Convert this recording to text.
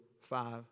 five